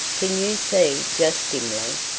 can you see just dimly,